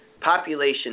Population